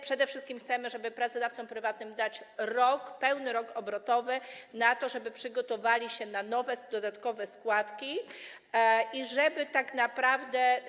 Przede wszystkim chcemy, żeby pracodawcom prywatnym dać pełny rok obrotowy na to, żeby przygotowali się na nowe, dodatkowe składki, i żeby tak naprawdę.